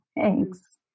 Thanks